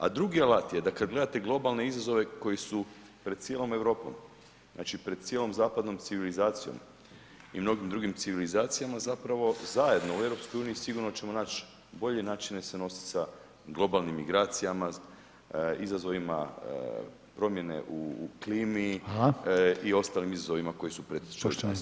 A drugi alat je da kad gledate globalne izazove koji su pred cijelom Europom, znači pred cijelom zapadnom civilizacijom i mnogim drugim civilizacijama zapravo zajedno u EU sigurno ćemo naći bolje načine se nositi sa globalnim migracijama, izazovima promjene u klimi [[Upadica: Hvala.]] i ostalim izazovima koji su pred